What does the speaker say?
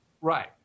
Right